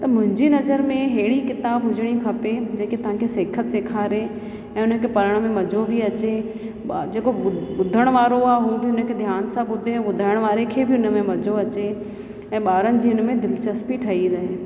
मुंहिंजी नज़र में अहिड़ी किताबु हुजणी खपे जेके तव्हांखे सेख सेखारे ऐं हुन खे पढ़ण में मज़ो बि अचे ॿ जेको ॿु ॿुधणु वारो आहे हू बि ध्यान सां ॿुधे ॿुधाइणु वारे खे बि हुनमें मज़ो अचे ऐं ॿारनि जी हुनमें दिलिचस्पी ठही रहे